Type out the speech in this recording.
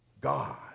God